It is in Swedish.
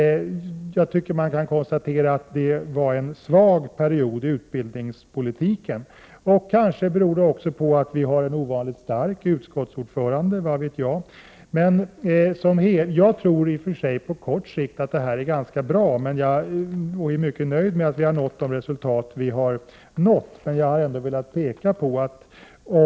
Jag tycker att Lennart Bodströms tid som utbildningsminister var en svag period i utbildningspolitiken. Kanske beror det också på att vi har en ovanligt stark utskottsordförande, vad vet jag. På kort sikt tror jag i och för sig att det som nu sker är ganska bra, och jag är mycket nöjd med de resultat som vi har uppnått.